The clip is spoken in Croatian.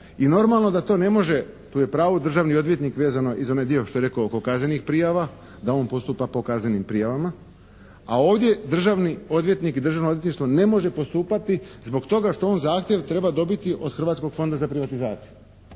I normalno da to ne može, tu je u pravu državni odvjetnik vezano i za onaj dio što je rekao oko kaznenih prijava da on postupa po kaznenim prijavama, a ovdje državni odvjetnik i državno odvjetništvo ne može postupati zbog toga što on zahtjev treba dobiti od Hrvatskog fonda za privatizaciju.